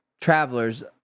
travelers